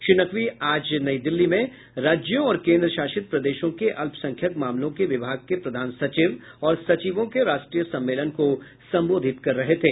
श्री नकवी आज नई दिल्ली में राज्यों और केन्द्र शासित प्रदेशों के अल्पसंख्यक मामलों के विभाग के प्रधान सचिव और सचिवों के राष्ट्रीय सम्मेलन को संबोधित कर रहे थे